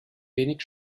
wenig